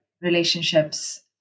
relationships